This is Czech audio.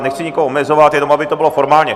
Nechci nikoho omezovat, jenom aby to bylo formálně...